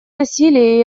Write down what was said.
насилие